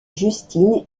justine